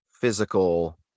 physical